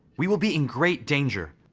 we will be in great danger.